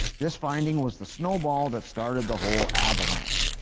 this finding was the snowball that started the whole avalanche.